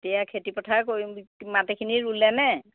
এতিয়া খেতি পথাৰ কৰি মাটিখিনি ৰুলে নে